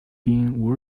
been